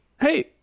Hey